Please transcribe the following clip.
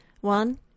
one